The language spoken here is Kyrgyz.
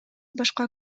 башка